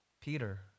Peter